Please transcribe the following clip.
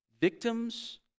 Victims